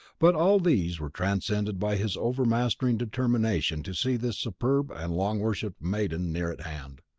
but all these were transcended by his overmastering determination to see this superb and long-worshipped maiden near at hand.